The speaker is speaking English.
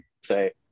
say